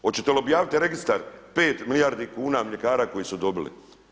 Hoćete li objaviti registar 5 milijardi kuna mljekara koji su dobili?